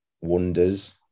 wonders